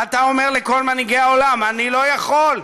אתה אומר לכל מנהיגי העולם: אני לא יכול,